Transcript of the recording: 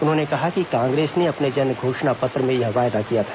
उन्होंने कहा कि कांग्रेस ने अपने जन घोषणा पत्र में यह वादा किया है